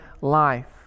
life